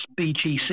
BGC